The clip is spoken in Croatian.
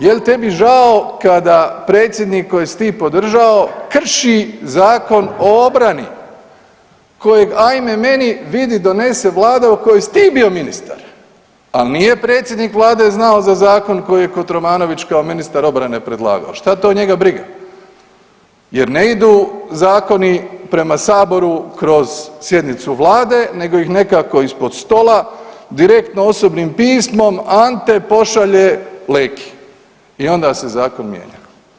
Jel tebi žao kada predsjednik kojeg si ti podržao krši Zakon o obrani kojeg ajme meni vidi donese vlada u kojoj si ti bio ministar, al nije predsjednik vlade znao za zakon koji je Kotromanović kao ministar obrane predlagao, šta to njega briga jer ne idu zakoni prema saboru kroz sjednicu vlade nego ih nekako ispod stola direktno osobnim pismom Ante pošalje Leki i onda se zakon mijenja.